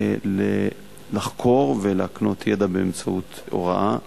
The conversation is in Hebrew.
לחקור ולהקנות ידע באמצעות הוראה.